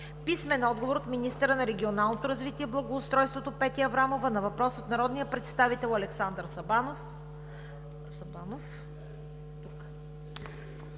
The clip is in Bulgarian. Бъчварова; - министъра на регионалното развитие и благоустройството Петя Аврамова на въпрос от народния представител Александър Сабанов;